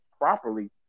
properly